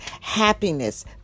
happiness